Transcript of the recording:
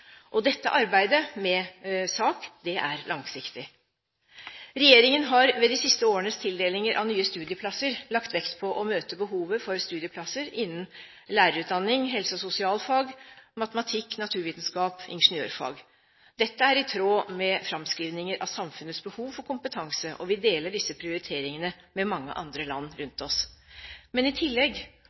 Dette arbeidet med SAK er langsiktig. Regjeringen har ved de siste årenes tildelinger av nye studieplasser lagt vekt på å møte behovet for studieplasser innefor lærerutdanning, helse- og sosialfag, matematikk, naturvitenskap og ingeniørfag. Dette er i tråd med framskrivninger av samfunnets behov for kompetanse, og vi deler disse prioriteringene med mange andre land rundt oss. I tillegg